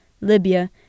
Libya